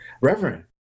Reverend